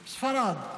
בספרד.